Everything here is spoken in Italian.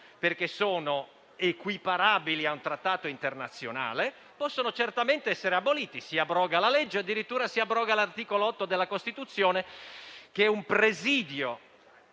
perché sono equiparabili a un trattato internazionale; possono certamente essere abolite: si abroga la legge e addirittura si abroga l'articolo 8 della Costituzione, che è un presidio